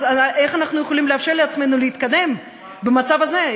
איך אנחנו יכולים לאפשר לעצמנו להתקדם במצב הזה?